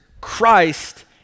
Christ